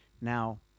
Now